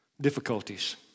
difficulties